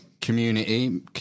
community